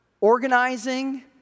organizing